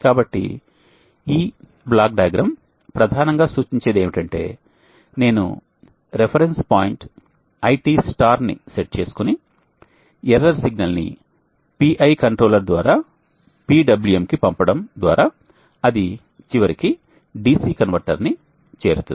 కాబట్టి ఈ block diagram ప్రధానంగా సూచించేది ఏమిటంటే నేను రిఫరెన్స్ కరెంట్ IT స్టార్ ని సెట్ చేసుకుని ఎర్రర్ సిగ్నల్ ని PI కంట్రోలర్ ద్వారా PWM కు పంపడం ద్వారా అది చివరికి డి సి కన్వర్టర్ ని చేరుతుంది